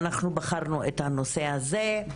אנחנו בחרנו את הנושא הזה.